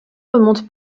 remonte